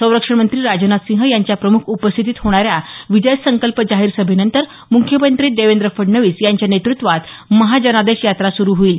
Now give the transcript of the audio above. संरक्षणमंत्री राजनाथसिंह यांच्या प्रमुख उपस्थितीत होणाऱ्या विजय संकल्प जाहीर सभेनंतर मुख्यमंत्री देवेंद्र फडणवीस यांच्या नेतृत्वात महाजनादेश यात्रा सुरू होईल